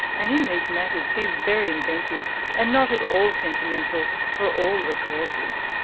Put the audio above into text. and in these matters he's very inventive and not at all sentimental for all the caresses.